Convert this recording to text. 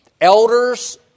elders